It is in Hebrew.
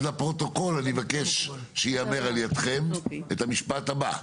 אז לפרוטוקול אני מבקש שיאמר על ידכם את המשפט הבא.